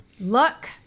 Luck